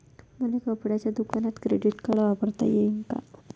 मले कपड्याच्या दुकानात क्रेडिट कार्ड वापरता येईन का?